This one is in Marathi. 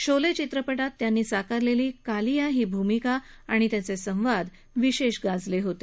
शोले चित्रपटात त्यांनी साकारलेली कालिया ही भूमिका आणि संवाद विशेष गाजले होते